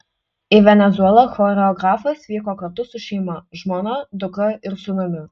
į venesuelą choreografas vyko kartu su šeima žmona dukra ir sūnumi